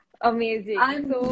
Amazing